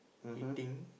eating